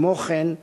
כמו כן,